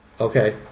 Okay